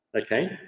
Okay